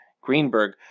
Greenberg